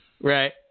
Right